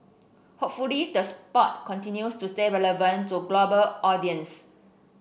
hopefully the sport continues to stay relevant to global audiences